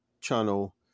channel